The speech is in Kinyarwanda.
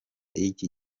y’iki